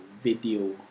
video